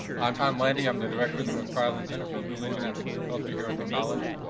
i'm tom landy, i'm the director of the mcfarland center for religion, ethics and culture here at the college.